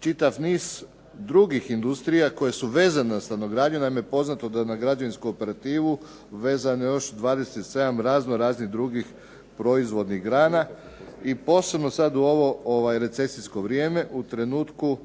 čitav niz drugih industrija koje su vezane na stanogradnju. Naime, poznato je da na građevinsku operativu vezano je još 27 razno raznih drugi proizvodnih grana. I posebno sada u ovo recesijsko vrijeme u trenutku